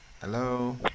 Hello